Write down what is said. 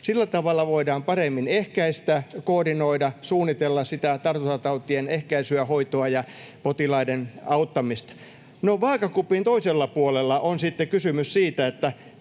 Sillä tavalla voidaan paremmin koordinoida ja suunnitella sitä tartuntatautien ehkäisyä, hoitoa ja potilaiden auttamista. No, vaakakupin toisella puolella on sitten kysymys siitä,